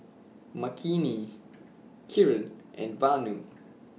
Makineni Kiran and Vanu